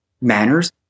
manners